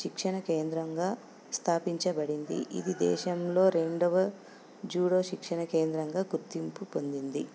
శిక్షణ కేంద్రంగా స్థాపించబడింది ఇది దేశంలో రెండవ జూడో శిక్షణ కేంద్రంగా గుర్తింపు పొందింది